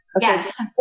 Yes